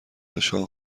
نشان